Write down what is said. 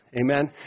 Amen